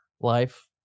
life